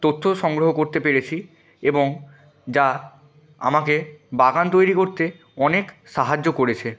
তথ্য সংগ্রহ করতে পেরেছি এবং যা আমাকে বাগান তৈরি করতে অনেক সাহায্য করেছে